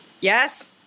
yes